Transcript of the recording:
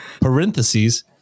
parentheses